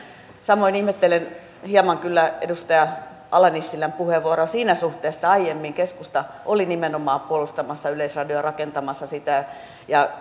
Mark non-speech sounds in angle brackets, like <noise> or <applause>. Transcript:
samoin ihmettelen hieman kyllä edustaja ala nissilän puheenvuoroa siinä suhteessa että aiemmin keskusta oli nimenomaan puolustamassa yleisradiota ja rakentamassa sitä ja <unintelligible>